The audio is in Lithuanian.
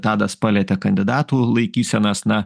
tadas palietė kandidatų laikysenas na